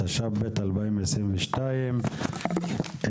התשפ"ב 2022,